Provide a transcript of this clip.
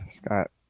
Scott